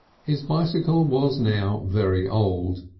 his bicycle um was now very old,